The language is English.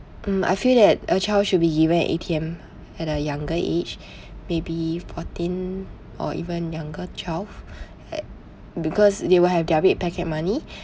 mm I feel that a child should be given an A_T_M at a younger age maybe fourteen or even younger child e~ because they will have their red packet money